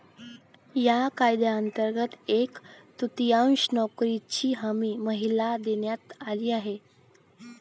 या कायद्यांतर्गत एक तृतीयांश नोकऱ्यांची हमी महिलांना देण्यात आली आहे